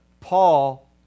Paul